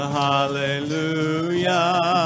hallelujah